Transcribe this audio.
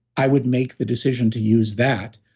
i would make the decision to use that,